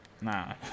Nah